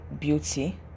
beauty